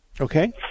Okay